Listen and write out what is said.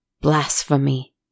blasphemy